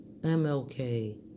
MLK